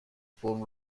فرم